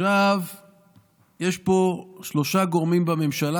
יש פה שלושה גורמים בממשלה,